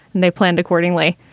and they planned accordingly.